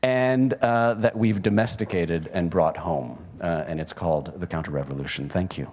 and that we've domesticated and brought home and it's called the counter revolution thank you